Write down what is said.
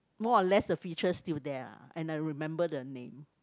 more or less the features still there ah and I remember the name